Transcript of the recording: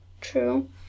True